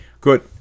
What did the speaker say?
good